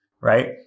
right